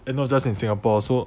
and not just in singapore so